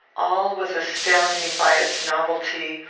all was astounding by its novelty,